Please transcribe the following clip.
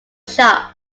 shot